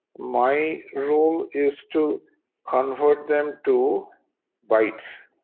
my role is to convert them to bytes.